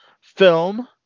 Film